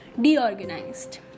deorganized